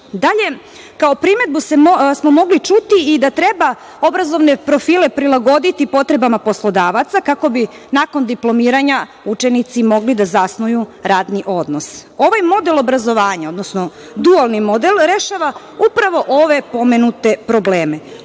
završi. Dalje, kao primedbu smo mogli čuti i da treba obrazovane profile prilagoditi potrebama poslodavaca kako bi nakon diplomiranja učenici mogli da zasnuju radni odnos. Ovaj model obrazovanja, odnosno dualni model, rešava upravo ove pomenute probleme.